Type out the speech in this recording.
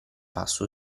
passo